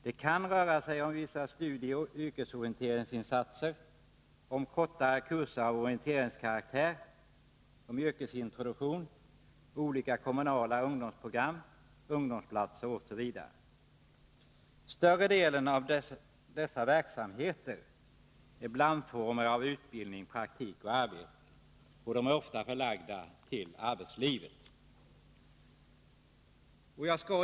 Det kan röra sig om t.ex. vissa studieoch yrkesorienteringsinsatser, kortare kurser av orienteringskaraktär, yrkesintroduktion, olika kommunala ungdomsprogram och ungdomsplatser. Större delen av dessa verksamheter — blandformer av utbildning, praktik och arbete — är ofta förlagda till arbetslivet.